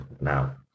now